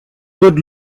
good